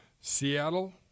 Seattle